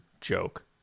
joke